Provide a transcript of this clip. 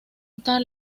atolón